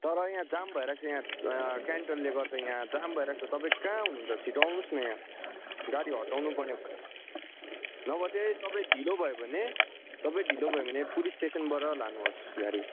तर यहाँ जाम भइरहेको छ यहाँ क्यान्टरले गर्दा यहाँ जाम भइरहेको छ तपाईँ कहाँ हुनुहन्छ छिट्टो आउनुहोस् न यहाँ गाडी हटाउनु पर्ने भयो नभए चाहिँ तपाईँ ढिलो भयो भने तपाईँ ढिलो भयो भने पुलिस स्टेसनबाट लानु होस् गाडी